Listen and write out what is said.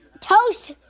Toast